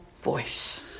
voice